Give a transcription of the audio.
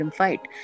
fight